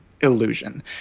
illusion